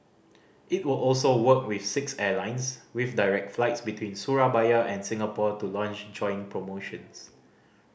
it will also work with six airlines with direct flights between Surabaya and Singapore to launch joint promotions